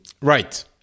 right